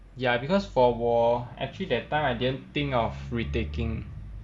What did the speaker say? ya because for 我 actually that time I didn't think of retaking